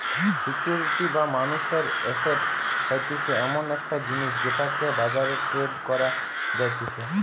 security বা মানুষের asset হতিছে এমন একটা জিনিস যেটাকে বাজারে ট্রেড করা যাতিছে